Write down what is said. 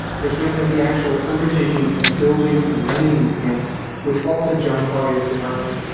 which meant that the actual undertaking of building and running these camps would fall to john collier's department